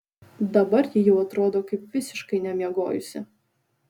dabar ji jau atrodo kaip visiškai nemiegojusi